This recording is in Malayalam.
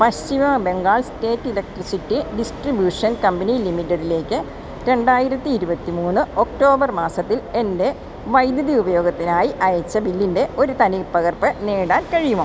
പശ്ചിമ Bengal state electricity distribution company ലിമിറ്റഡിലേക്ക് രണ്ടായിരത്തി ഇരുപത്തിമൂന്ന് ഒക്ടോബർ മാസത്തിൽ എൻ്റെ വൈദ്യുതി ഉപയോഗത്തിനായി അയച്ച ബില്ലിൻ്റെ ഒരു തനിപ്പകർപ്പ് നേടാൻ കഴിയുമോ